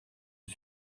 est